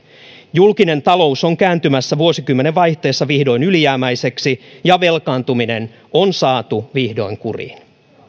julkinen talous on kääntymässä vuosikymmenen vaihteessa vihdoin ylijäämäiseksi ja velkaantuminen on saatu vihdoin kuriin